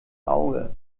auge